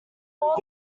more